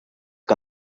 que